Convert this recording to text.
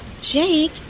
Jake